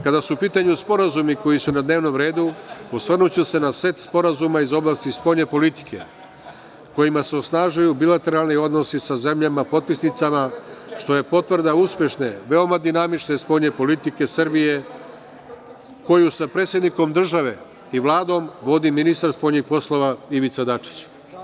Kada su u pitanju sporazumi koji su na dnevnom redu, osvrnuću se na set sporazuma iz oblasti spoljne politike, kojima se osnažuju bilateralni odnosi sa zemljama potpisnicama što je potvrda uspešne, veoma dinamične spoljne politike Srbije, koju sa predsednikom države i Vladom, vodi ministar spoljnih poslova Ivica Dačić.